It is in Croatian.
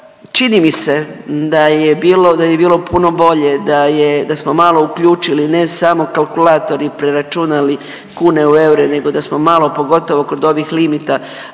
je bilo, da bi bilo puno bolje da je, da smo malo uključili ne samo kalkulator i preračunali kune u eure nego da smo malo pogotovo kod ovih limita